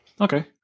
okay